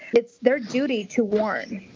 it's their duty to warn.